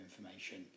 information